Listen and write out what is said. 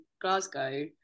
Glasgow